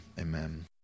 amen